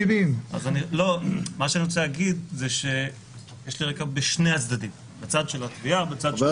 כך שאני חושב שיש לי רקע בשני הצדדים הצד של התביעה והצד של ההגנה.